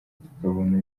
tukabona